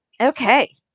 Okay